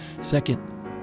Second